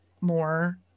more